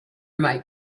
might